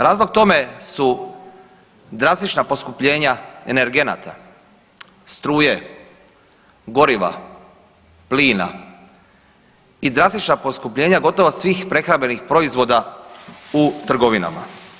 Razlog tome su drastična poskupljenja energenata, struje, goriva, plina i drastična poskupljenja gotovo svih prehrambenih proizvoda u trgovinama.